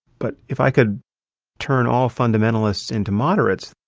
but if i could turn all fundamentalists into moderates,